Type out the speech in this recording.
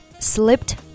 Slipped